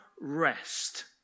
rest